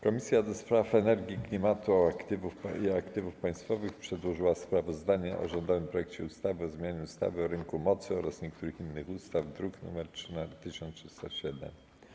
Komisja do Spraw Energii, Klimatu i Aktywów Państwowych przedłożyła sprawozdanie o rządowym projekcie ustawy o zmianie ustawy o rynku mocy oraz niektórych innych ustaw, druk nr 1307.